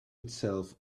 itself